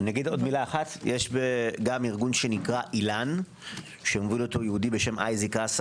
יש גם ארגון שנקרא אילן שמוביל אותו יהודי בשם אייזק אסא